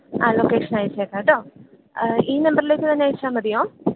ആഹ് ലൊക്കേഷന് അയച്ചേക്കാം കേട്ടോ ഈ നമ്പറിലേക്ക് തന്നെ അയച്ചാൽ മതിയോ